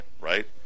right